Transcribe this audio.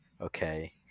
okay